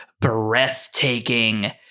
breathtaking